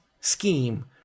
scheme